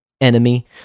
enemy